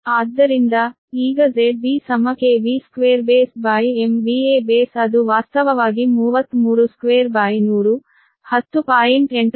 ಆದ್ದರಿಂದ ಈಗ ZB ಅದು ವಾಸ್ತವವಾಗಿ 10